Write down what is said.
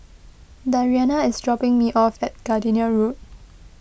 Dariana is dropping me off at Gardenia Road